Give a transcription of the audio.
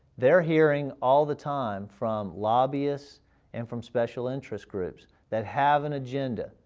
they are hearing all the time from lobbyists and from special interest groups that have an agenda.